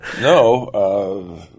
No